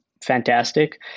Fantastic